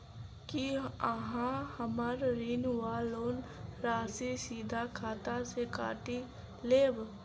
की अहाँ हम्मर ऋण वा लोन राशि सीधा खाता सँ काटि लेबऽ?